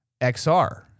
XR